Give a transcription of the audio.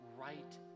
right